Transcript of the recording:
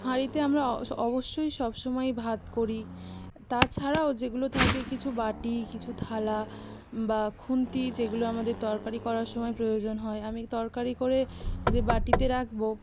হাঁড়িতে আমরা অ স অবশ্যই সবসময় ভাত করি তাছাড়াও যেগুলো থাকে কিছু বাটি কিছু থালা বা খুন্তি যেগুলো আমাদের তরকারি করার সময় প্রয়োজন হয় আমি তরকারি করে যে বাটিতে রাখব